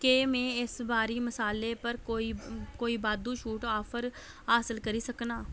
केह् मैं इस बारी मसालें पर कोई बाद्धू छूट आफर हासल करी सकनां